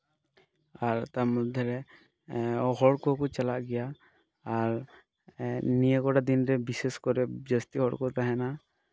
ᱟᱨ ᱛᱟᱨ ᱢᱚᱫᱽᱫᱷᱮ ᱨᱮ ᱦᱚᱲ ᱠᱚᱠᱚ ᱪᱟᱞᱟᱜ ᱜᱮᱭᱟ ᱟᱨ ᱱᱤᱭᱟᱹ ᱠᱚᱴᱟ ᱫᱤᱱ ᱨᱮ ᱵᱤᱥᱮᱥ ᱠᱚᱨᱮ ᱡᱟ ᱥᱛᱤ ᱦᱚᱲ ᱠᱚ ᱛᱟᱦᱮᱱᱟ